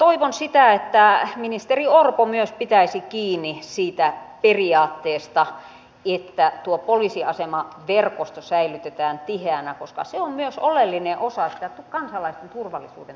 toivon että ministeri orpo myös pitäisi kiinni siitä periaatteesta että poliisiasemaverkosto säilytetään tiheänä koska se on myös oleellinen osa sitä kansalaisten turvallisuudentunnetta